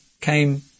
came